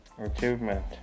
achievement